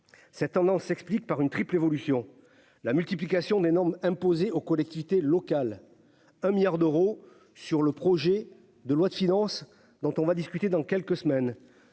cette tendance s'explique par une triple évolution, la multiplication des normes imposées aux collectivités locales un milliard d'euros sur le projet de loi de finances dont on va discuter, dans quelques semaines,